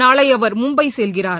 நாளை அவர் மும்பை செல்கிறார்